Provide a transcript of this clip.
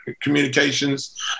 Communications